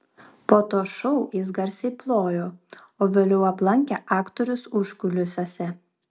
po to šou jis garsiai plojo o vėliau aplankė aktorius užkulisiuose